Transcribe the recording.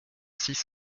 six